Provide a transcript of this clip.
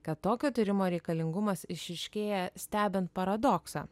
kad tokio tyrimo reikalingumas išryškėja stebint paradoksą